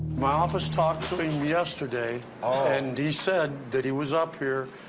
my office talked to him yesterday, and he said that he was up here,